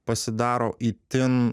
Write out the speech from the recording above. pasidaro itin